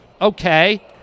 Okay